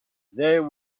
there